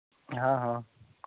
हाँ